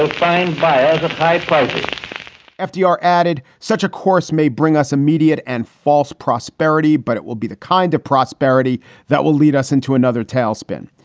fine buyers. pied piper ah fdr added such a course may bring us immediate and false prosperity, but it will be the kind of prosperity that will lead us into another tailspin.